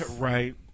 Right